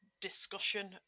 discussion